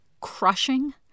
crushing